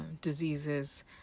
diseases